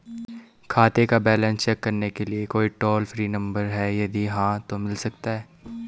खाते का balance check करने के लिए कोई टॉल फ्री नम्बर भी है यदि हाँ तो मिल सकता है?